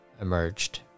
emerged